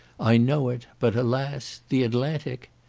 i know it! but alas! the atlantic!